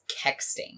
texting